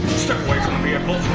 step away from the vehicle,